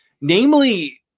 Namely